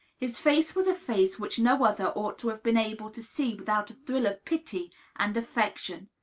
his face was a face which no mother ought to have been able to see without a thrill of pity and affection.